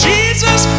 Jesus